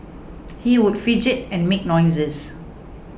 he would fidget and make noises